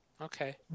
Okay